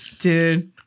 Dude